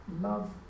love